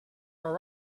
are